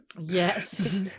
Yes